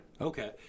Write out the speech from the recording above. Okay